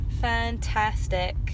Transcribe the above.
Fantastic